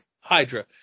Hydra